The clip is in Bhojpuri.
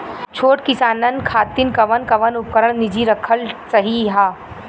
छोट किसानन खातिन कवन कवन उपकरण निजी रखल सही ह?